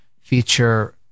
feature